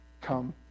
come